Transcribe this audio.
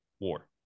war